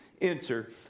enter